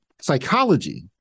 psychology